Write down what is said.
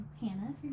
Hannah